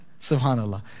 SubhanAllah